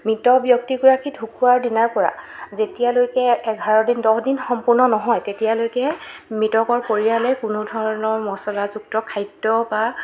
মৃত ব্যক্তিগৰাকী ঢুকুৱাৰ দিনাৰ পৰা যেতিয়ালৈকে এঘাৰ দিন দহদিন সম্পূৰ্ণ নহয় তেতিয়ালৈকে মৃতকৰ পৰিয়ালে কোনোধৰণৰ মছলাযুক্ত খাদ্য বা